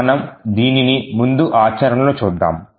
మనము దీనిని ముందు ఆచరణలో చూద్దాము